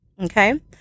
okay